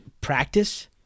practice